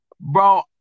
Bro